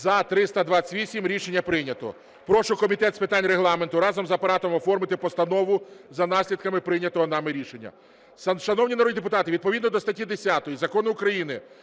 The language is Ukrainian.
За – 328 Рішення прийнято. Прошу Комітет з питань регламенту, разом з Апаратом, оформити постанову за наслідками прийнятого нами рішення. Шановні народні депутати, відповідно до статті 10 Закону України